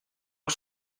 que